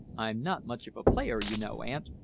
i'm not much of a player, you know, aunt.